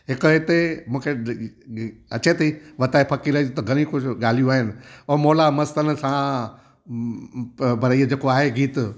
हिक हिते मूंखे अचे थी वताये फ़कीर जी त घणी कुझ ॻाल्हियूं आहिनि ओ मौला मस्तनि सां भरे इहो जेको आहे गीत